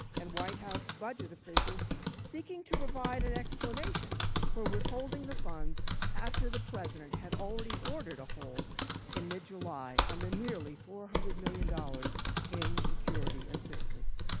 and white house budget officials seeking to provide an explanation for withholding the funds after the president had ordered a hold in mid july on the nearly four hundred million dollars in security assistance.